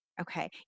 okay